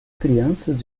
crianças